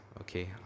okay